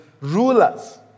rulers